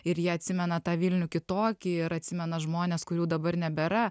ir jie atsimena tą vilnių kitokį ir atsimena žmones kurių dabar nebėra